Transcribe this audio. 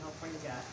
California